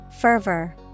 Fervor